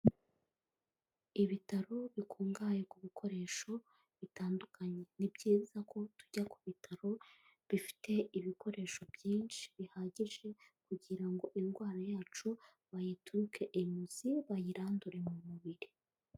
Ibitaro bikungahaye ku bikoresho bitandukanye. Ni byiza ko tujya ku bitaro bifite ibikoresho byinshi bihagije kugira ngo indwara yacu bayituruke imuzi bayirandure mu mubiri.